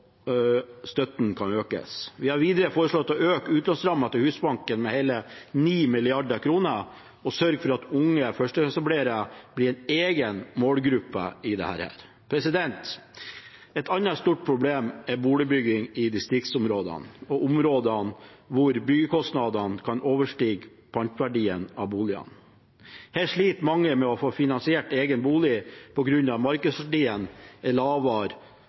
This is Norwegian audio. støtten kan økes. Vi har videre foreslått å øke utlånsrammen til Husbanken med hele 9 mrd. kr og sørge for at unge førstegangsetablerere blir en egen målgruppe her. Et annet stort problem er boligbygging i distriktsområder og områder hvor byggekostnadene kan overstige panteverdien på boligen. Her sliter mange med å få finansiert egen bolig, på grunn av at markedsverdien er lavere